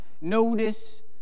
notice